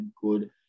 good